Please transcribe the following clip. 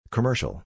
Commercial